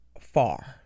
far